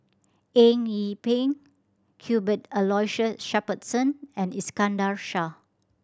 Eng Yee Peng Aloysius Shepherdson and Iskandar Shah